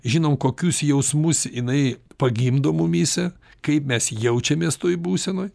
žinom kokius jausmus jinai pagimdo mumyse kaip mes jaučiamės toj būsenoj